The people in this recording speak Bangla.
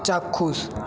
চাক্ষুষ